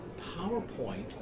PowerPoint